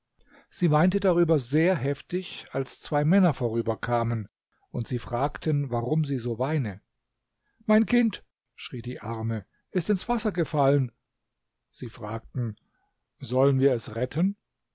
sie weinte darüber sehr heftig als zwei männer vorüberkamen und sie fragten warum sie so weine mein kind schrie die arme ist ins wasser gefallen sie fragten sollen wir es retten